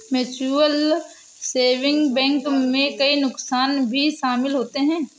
mutual saving bank में कई नुकसान भी शमिल होते है